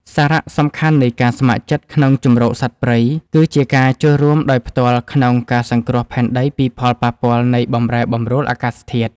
សារៈសំខាន់នៃការស្ម័គ្រចិត្តក្នុងជម្រកសត្វព្រៃ គឺជាការចូលរួមដោយផ្ទាល់ក្នុងការសង្គ្រោះផែនដីពីផលប៉ះពាល់នៃបម្រែបម្រួលអាកាសធាតុ។